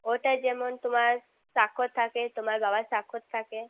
ওটায় যেমন তোমার স্বাক্ষর থাকে তোমার বাবার স্বাক্ষর থাকে